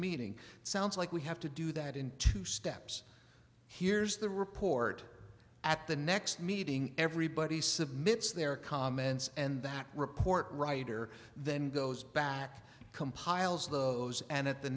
meeting sounds like we have to do that in two steps here's the report at the next meeting everybody submit their comments and that report writer then goes back compiles those and at the